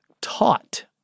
taught